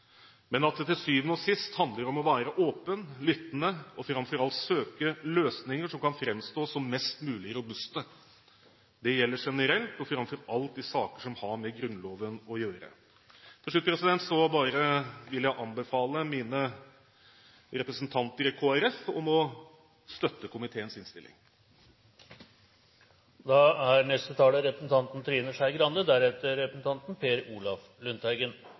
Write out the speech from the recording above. Men til syvende og sist handler det om å være åpen, lyttende og – framfor alt – å søke løsninger som kan framstå som mest mulig robuste. Det gjelder generelt og framfor alt i saker som har med Grunnloven å gjøre. Til slutt vil jeg anbefale mine medrepresentanter fra Kristelig Folkeparti om å støtte komiteens innstilling.